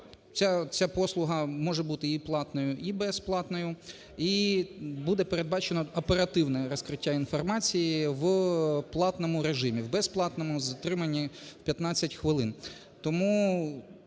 ця послуга може бути і платною, і безплатною. І буде передбачено оперативне розкриття інформації в платному режимі, в безплатному – в затриманні 15 хвилин.